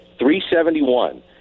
371